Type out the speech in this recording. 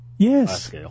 Yes